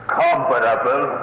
comparable